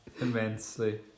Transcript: Immensely